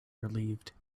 relieved